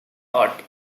art